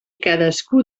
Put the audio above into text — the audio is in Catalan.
cadascú